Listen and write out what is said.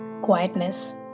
quietness